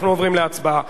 אנחנו עוברים להצבעה.